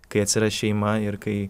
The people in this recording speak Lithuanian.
kai atsiras šeima ir kai